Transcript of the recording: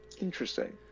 Interesting